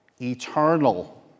Eternal